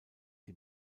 die